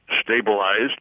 stabilized